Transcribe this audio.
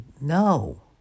No